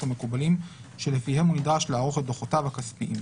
המקובלים שלפיהם הוא נדרש לערוך את דוחותיו הכספיים.